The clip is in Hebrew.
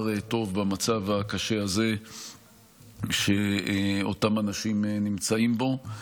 במצב הקשה הזה שאותם אנשים נמצאים בו.